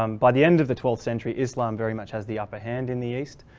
um by the end of the twelfth century islam very much has the upper hand in the east.